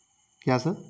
کیا سر